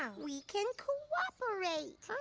ah we can cooperate.